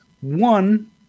one